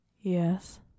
Yes